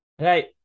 Right